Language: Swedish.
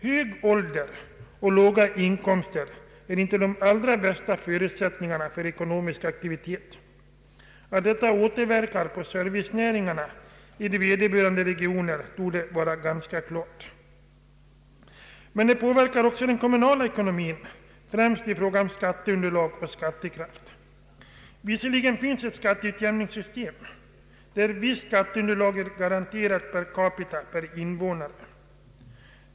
Hög ålder och låga inkomster är inte de allra bästa förutsättningarna för ekonomisk aktivitet. Att detta återverkar på servicenäringarna i vederbörande regioner torde vara ganska klart. Men det påverkar också den kommunala ekonomin, främst i fråga om skatteunderlag och skattekraft. Visserligen finns ett skatteutjämningssystem, där visst skatteunderlag är garanterat per invånare.